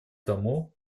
тому